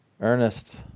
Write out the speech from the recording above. Ernest